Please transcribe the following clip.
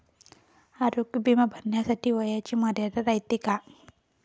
आरोग्य बिमा भरासाठी वयाची मर्यादा रायते काय?